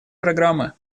программы